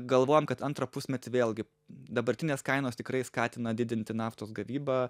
galvojam kad antrą pusmetį vėlgi dabartinės kainos tikrai skatina didinti naftos gavybą